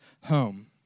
home